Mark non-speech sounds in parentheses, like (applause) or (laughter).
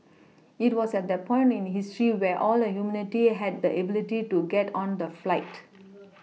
it was at that point in history where all the humanity had the ability to get on the flight (noise) (noise)